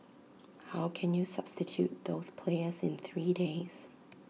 how can you substitute those players in three days